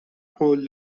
قول